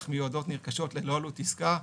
ח' בתשרי תשפ"ב,